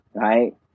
right